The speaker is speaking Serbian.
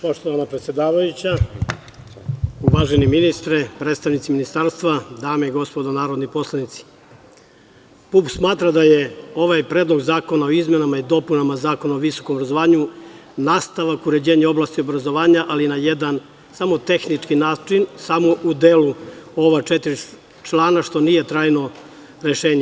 Poštovana predsedavajuća, uvaženi ministre, predstavnici ministarstva, dame i gospodo narodni poslanici, PUPS smatra da je ovaj predlog zakona o izmenama i dopunama Zakona o visokom obrazovanju nastavak uređenja oblasti obrazovanja, ali na jedan samo tehnički način, samo u delu ova četiri člana, što nije trajno rešenje.